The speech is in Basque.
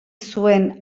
zuen